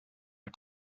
are